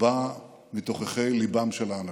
באה מתוככי ליבם של האנשים.